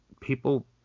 People